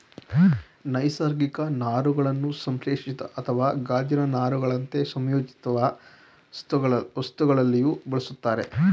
ನೈಸರ್ಗಿಕ ನಾರುಗಳನ್ನು ಸಂಶ್ಲೇಷಿತ ಅಥವಾ ಗಾಜಿನ ನಾರುಗಳಂತೆ ಸಂಯೋಜಿತವಸ್ತುಗಳಲ್ಲಿಯೂ ಬಳುಸ್ತರೆ